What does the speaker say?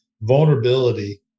vulnerability